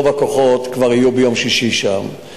כבר יהיו ביום שישי שם,